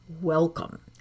welcome